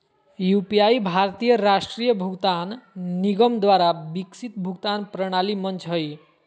UPI भारतीय राष्ट्रीय भुगतान निगम द्वारा विकसित भुगतान प्रणाली मंच हइ